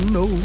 no